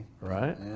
Right